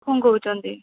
କ'ଣ କହୁଛନ୍ତି